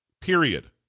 period